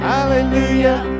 Hallelujah